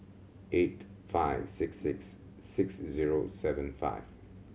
eight five six six six zero seven five